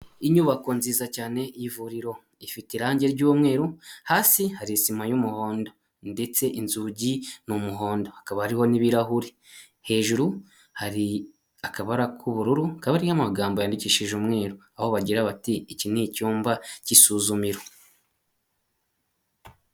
Inyubako nziza cyane y'ivuriro, ifite irangi ry'umweru, hasi hari sima y'umuhondo ndetse inzugi n'umuhondo, hakaba hariho n'ibirahuri, hejuru hari akabara k'ubururu, kabariho amagambo yandikishije umweru aho bagira bati iki ni icyumba cy'isuzumiro.